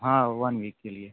हाँ one week के लिए